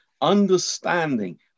understanding